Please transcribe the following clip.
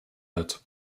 wird